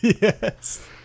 Yes